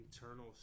internal